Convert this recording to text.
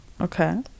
okay